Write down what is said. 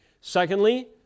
Secondly